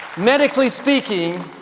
medically speaking,